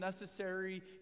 necessary